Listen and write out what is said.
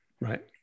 Right